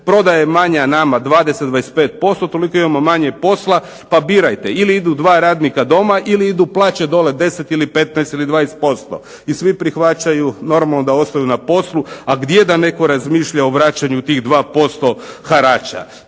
prodaja je manja nama 20, 25% toliko imamo manje posla pa birajte, ili idu 2 radnika doma ili idu plaće dole 10 ili 15 ili 20%. I svi prihvaćaju normalno da ostanu na poslu, a gdje da netko razmišlja o vraćanju tih 2% harača.